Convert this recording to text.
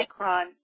micron